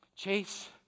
Chase